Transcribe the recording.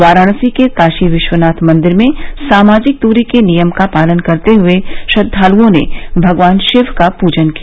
वाराणसी के काशी विश्वनाथ मंदिर में सामाजिक दूरी के नियम का पालन करते हए श्रद्वालओं ने भगवान शिव का दर्शन पूजन किया